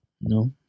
No